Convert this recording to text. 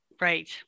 right